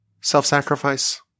self-sacrifice